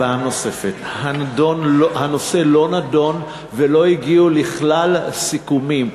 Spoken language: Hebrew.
פעם נוספת: הנושא לא נדון ולא הגיעו לכלל סיכומים.